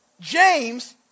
James